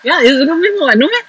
ya it's a compliment [what] no meh